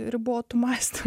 ribotu mąstymu